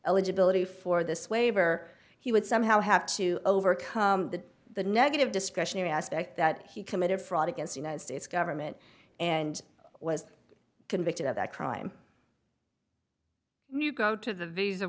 eligibility for this waiver he would somehow have to overcome the negative discretionary aspect that he committed fraud against united states government and was convicted of that crime you go to the visa